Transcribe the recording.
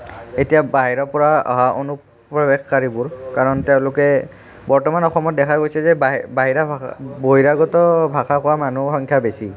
এতিয়া বাহিৰৰ পৰা অহা অনুপ্ৰৱেশকাৰীবোৰ কাৰণ তেওঁলোকে বৰ্তমান অসমত দেখা গৈছে যে বাহি বাহিৰা ভাষা বহিৰাগত ভাষা কোৱা মানুহৰ সংখ্যা বেছি